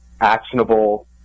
actionable